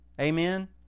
amen